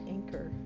Anchor